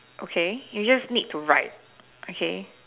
okay you just need to write okay